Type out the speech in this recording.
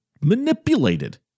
manipulated